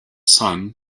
son